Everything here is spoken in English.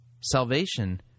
Salvation